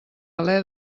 alé